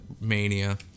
Mania